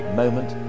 moment